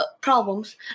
problems